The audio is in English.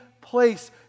place